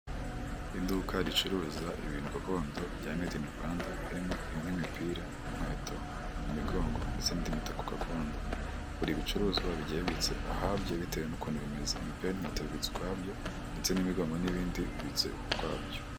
Iduka ricuruza ibintu gakondo bya mede ini Rwanda harimo nk'imipira inkweto imigongo ndetse n'indi mitako gakondo, buri bicuruzwa bigiye bibitse ahabyo bitewe n'untu bimeze, imipara n'inkoto bibitse ukwabyo, ndetse n'imigongo n'ibindi bibitse ukwabyo.